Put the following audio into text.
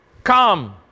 come